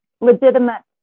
legitimate